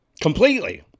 completely